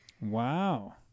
Wow